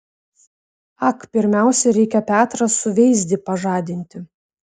ak pirmiausia reikia petrą suveizdį pažadinti